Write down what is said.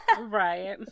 Right